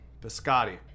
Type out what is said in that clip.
Biscotti